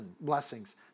blessings